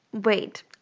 wait